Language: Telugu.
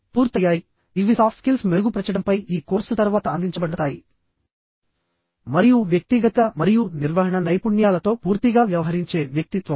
పూర్తయ్యాయి ఇవి సాఫ్ట్ స్కిల్స్ మెరుగుపరచడంపై ఈ కోర్సు తర్వాత అందించబడతాయి మరియు వ్యక్తిగత మరియు నిర్వహణ నైపుణ్యాలతో పూర్తిగా వ్యవహరించే వ్యక్తిత్వం